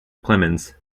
clemens